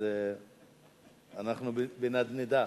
אז אנחנו בנדנדה.